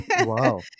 Wow